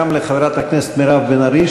גם לחברת הכנסת מירב בן ארי,